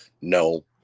No